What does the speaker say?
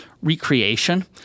recreation